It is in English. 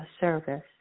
service